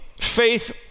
faith